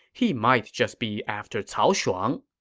he might just be after cao shuang.